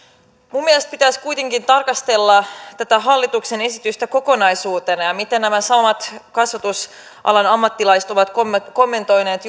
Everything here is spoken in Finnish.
minun mielestäni pitäisi kuitenkin tarkastella tätä hallituksen esitystä kokonaisuutena ja sitä miten nämä samat kasvatusalan ammattilaiset ovat kommentoineet